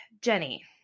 Jenny